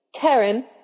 Karen